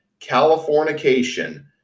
Californication